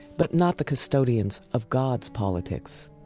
but not the custodians of god's politics.